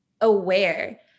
aware